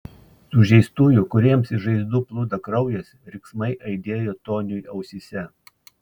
sužeistųjų kuriems iš žaizdų plūdo kraujas riksmai aidėjo toniui ausyse